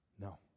No